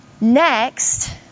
Next